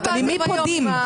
ממי פודים?